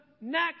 next